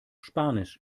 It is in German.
spanisch